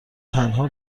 تنها